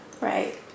Right